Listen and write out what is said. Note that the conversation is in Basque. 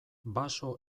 baso